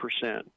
percent